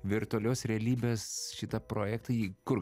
virtualios realybės šitą projektą jį kur